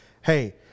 Hey